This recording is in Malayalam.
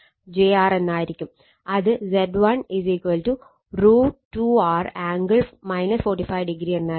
അത് Z1 √ 2 R ആംഗിൾ 45° എന്നാവും